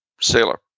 sailor